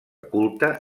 culte